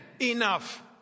enough